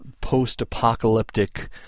post-apocalyptic